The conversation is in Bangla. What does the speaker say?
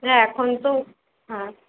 হ্যাঁ এখন তো হ্যাঁ